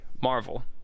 Marvel